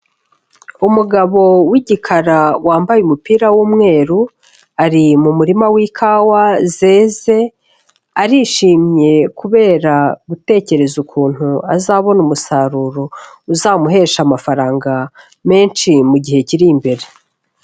Umugabo w'igikara wambaye umupira w'umweru, ari mu murima w'ikawa zeze, arishimye kubera gutekereza ukuntu azabona umusaruro uzamuhesha amafaranga menshi mu gihe kiri imbere.